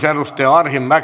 arvoisa